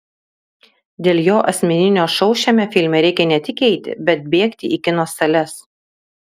dėl jo asmeninio šou šiame filme reikia ne tik eiti bet bėgti į kino sales